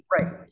right